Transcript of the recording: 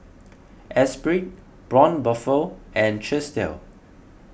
Esprit Braun Buffel and Chesdale